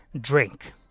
drink